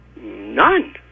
none